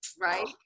right